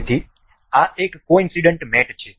તેથી આ એક કોઇન્સડનટ મેટ છે